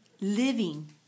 living